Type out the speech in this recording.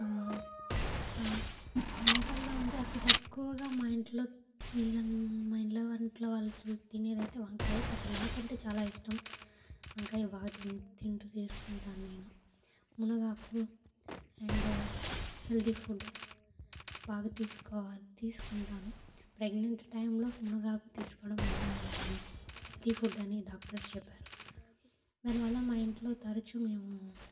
వంటల్లో అంటే అతి తక్కువగా మా ఇంట్లో వీళ్ళంత మా ఇంట్లో వాళ్ళు చు తినేదైతే వంకాయ బట్ నాకంటే చాలా ఇష్టం వంకాయ బాగా తిం తింటూ చేసుకుంటాను నేను మునగాకు అండ్ హెల్దీ ఫుడ్ బాగా తీసుకోవా తీసుకుంటాను ప్రెగ్నెంట్ టైంలో మునగాకు తీసుకోవడం వల్ల మంచి హెల్తి ఫుడ్ అని డాక్టర్స్ చెప్పారు దానివల్ల మా ఇంట్లో తరచు మేము